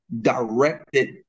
directed